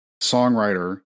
songwriter